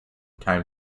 time